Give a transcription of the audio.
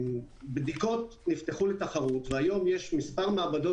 בדיקות נפתחו לתחרות והיום יש מספר מעבדות